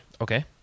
Okay